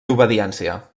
obediència